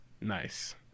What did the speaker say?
Nice